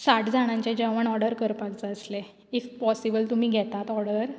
साठ जाणांचें जेवण ऑर्डर करपाक जाय आसलें इफ पॉसिबल तुमी घेतात ऑर्डर